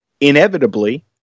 inevitably